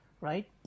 right